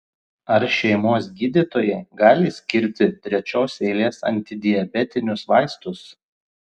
ar šeimos gydytojai gali skirti trečios eilės antidiabetinius vaistus